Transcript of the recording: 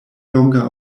longa